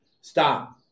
Stop